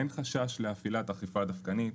אין חשש להפעלת אכיפה דווקנית,